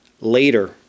later